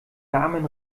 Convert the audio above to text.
namen